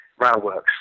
Railworks